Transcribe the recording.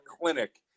clinic